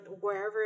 wherever